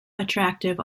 attractive